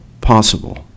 possible